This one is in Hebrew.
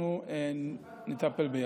אנחנו נטפל ביחד.